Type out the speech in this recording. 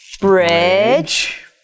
Bridge